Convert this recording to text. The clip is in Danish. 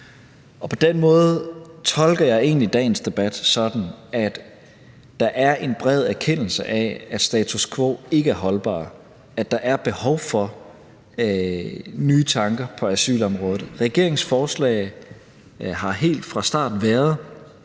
På den måde tolker jeg egentlig dagens debat sådan, at der er en bred erkendelse af, at status quo ikke er holdbart, at der er behov for nye tanker på asylområdet. Regeringens forslag har helt fra starten